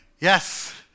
Yes